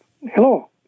Hello